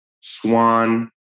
Swan